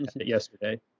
yesterday